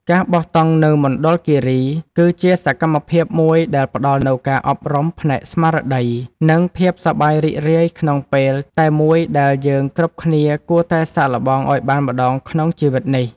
ការបោះតង់នៅមណ្ឌលគីរីគឺជាសកម្មភាពមួយដែលផ្តល់នូវការអប់រំផ្នែកស្មារតី និង ភាពសប្បាយរីករាយក្នុងពេលតែមួយដែលយើងគ្រប់គ្នាគួរតែសាកល្បងឱ្យបានម្ដងក្នុងជីវិតនេះ។